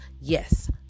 Yes